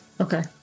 okay